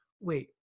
wait